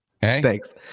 Thanks